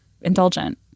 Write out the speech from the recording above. indulgent